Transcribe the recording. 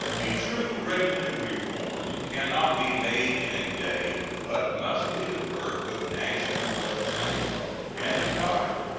a true revenue reform can not be made in a day, but must be the work of national legislation and of time.